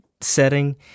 setting